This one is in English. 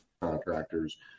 contractors